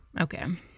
Okay